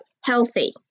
healthy